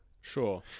Sure